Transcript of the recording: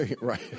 Right